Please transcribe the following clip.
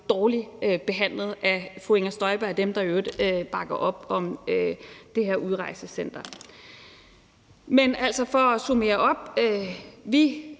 dårligt behandlet af fru Inger Støjberg og dem, der i øvrigt bakker op om det her udrejsecenter. Men for at summere op: Vi